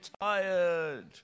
tired